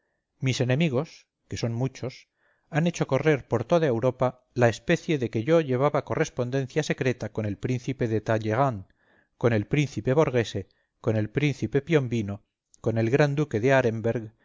mis enemigos que son muchos han hecho correr por toda europa la especie de que yo llevaba correspondencia secreta con el príncipe de talleyrand con el príncipe borghese con el príncipe piombino con el gran duque de aremberg